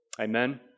Amen